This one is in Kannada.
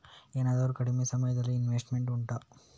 ಏನಾದರೂ ಕಡಿಮೆ ಸಮಯದ ಇನ್ವೆಸ್ಟ್ ಉಂಟಾ